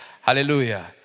Hallelujah